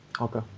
Okay